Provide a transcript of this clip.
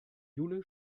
jule